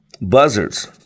Buzzards